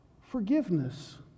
forgiveness